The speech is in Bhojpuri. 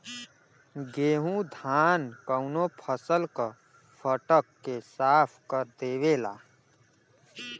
गेहू धान कउनो फसल क फटक के साफ कर देवेला